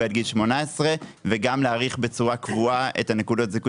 עד גיל 18 וגם להאריך בצורה קבועה את נקודות הזיכוי